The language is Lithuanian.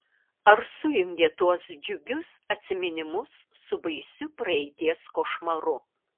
ar sujungė tuos džiugius atsiminimus su baisiu praeities košmaru